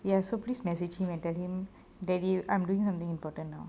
ya so please message him and tell him that you I'm doing something important now